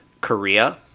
Korea